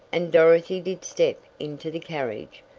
and dorothy did step into the carriage.